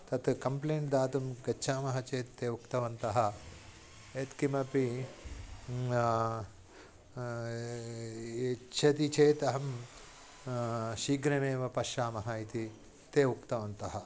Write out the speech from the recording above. तत् कम्प्लेण्ट् दातुं गच्छामः चेत् ते उक्तवन्तः यत्किमपि यच्छति चेत् अहं शीघ्रमेव पश्यामः इति ते उक्तवन्तः